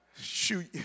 Shoot